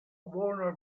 warner